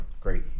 Great